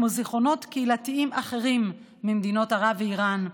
כמו זיכרונות קהילתיים אחרים ממדינות ערב ואיראן,